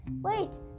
Wait